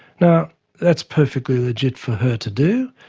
now that's perfectly legit for her to do,